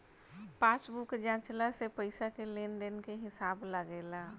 passbook जाँचला से पईसा के लेन देन के हिसाब लागेला